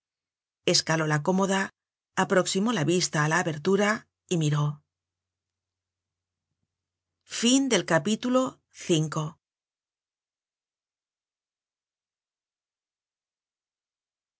escaló la cómoda aproximó la vista á la abertura y miró